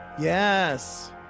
Yes